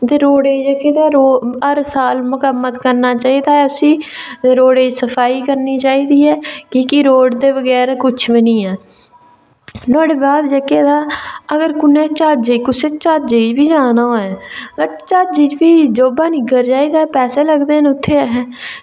ते रोड़ै ई जेह्की तां हर साल मरम्मत करना चाहिदा ऐ उसी ते रोड़ै ई सफाई करना चाहिदी ऐ कि के रोड़ दे बगैर कुछ बी निं ऐ नुहाड़े बाद जेह्के तां अगर कुनै ज्हाजै कुसै गी ज्हाजै बी जाना होऐ ते ज्जाजै च बी जेब निग्गर चाहिदी ऐ पैसे लगदे न उत्थें ऐहें